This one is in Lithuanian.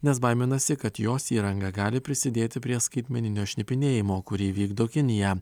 nes baiminasi kad jos įranga gali prisidėti prie skaitmeninio šnipinėjimo kurį vykdo kinija